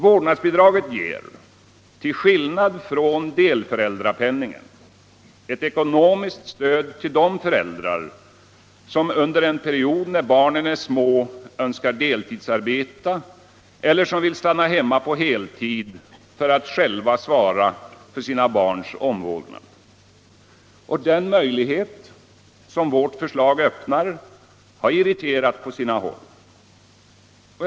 Vårdnadsbidraget ger, till skillnad från delföräldrapenningen, ett ekonomiskt stöd till de föräldrar som under en period när barnen är små önskar deltidsarbeta eller som vill stanna hemma på heltid för att själva svara för sina barns omvårdnad. Den möjlighet som vårt förslag öppnar har irriterat på sina håll.